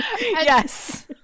yes